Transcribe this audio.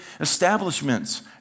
establishments